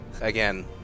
again